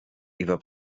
über